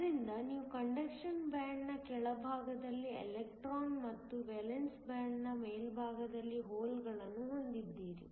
ಆದ್ದರಿಂದ ನೀವು conduction band ನ ಕೆಳಭಾಗದಲ್ಲಿ ಎಲೆಕ್ಟ್ರಾನ್ ಮತ್ತು ವೇಲೆನ್ಸ್ ಬ್ಯಾಂಡ್ನ ಮೇಲ್ಭಾಗದಲ್ಲಿ ಹೋಲ್ ಅನ್ನು ಹೊಂದಿದ್ದೀರಿ